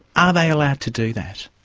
are they allowed to do that?